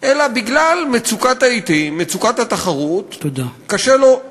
אלא בגלל מצוקת העתים, מצוקת התחרות, קשה לו.